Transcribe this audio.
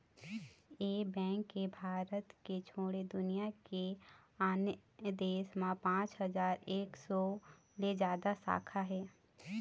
ए bank के भारत के छोड़े दुनिया के आने देश म पाँच हजार एक सौ ले जादा शाखा हे